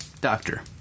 Doctor